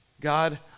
God